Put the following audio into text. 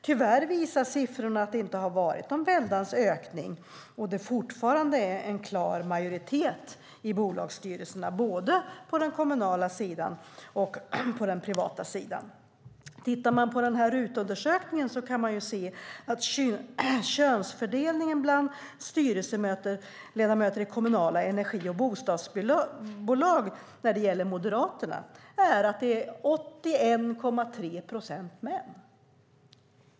Tyvärr visar siffrorna att det inte har varit någon väldans ökning och att det fortfarande är en klar majoritet av män i bolagsstyrelserna, både på den kommunala och på den privata sidan. I RUT-undersökningen kan man se att könsfördelningen av styrelseledamöter i kommunala energi och bostadsbolag när det gäller Moderaterna är 81,3 procent män.